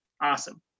awesome